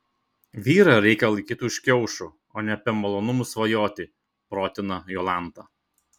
vyrą reikia laikyti už kiaušų o ne apie malonumus svajoti protina jolanta